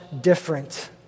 different